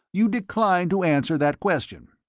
you decline to answer that question.